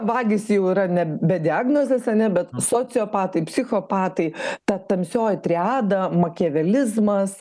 vagys jau yra ne be diagnozės ane bet sociopatai psichopatai ta tamsioji triada makiavelizmas